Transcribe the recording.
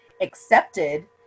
accepted